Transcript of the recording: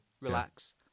relax